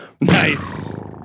Nice